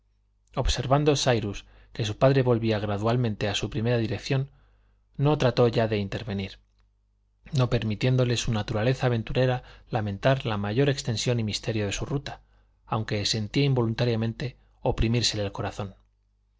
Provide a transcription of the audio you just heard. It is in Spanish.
observando cyrus que su padre volvía gradualmente a su primera dirección no trató ya de intervenir no permitiéndole su naturaleza aventurera lamentar la mayor extensión y misterio de su ruta aunque sentía involuntariamente oprimírsele el corazón